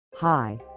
Hi